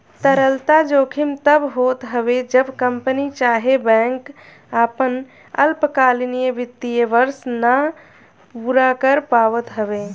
तरलता जोखिम तब होत हवे जब कंपनी चाहे बैंक आपन अल्पकालीन वित्तीय वर्ष ना पूरा कर पावत हवे